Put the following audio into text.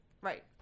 right